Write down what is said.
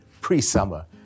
pre-summer